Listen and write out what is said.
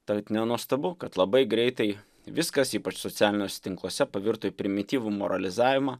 tad nenuostabu kad labai greitai viskas ypač socialiniuose tinkluose pavirto į primityvų moralizavimą